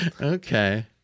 Okay